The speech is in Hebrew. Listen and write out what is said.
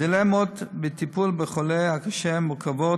הדילמות בטיפול בחולה הקשה מורכבות,